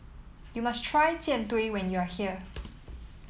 you must try Jian Dui when you are here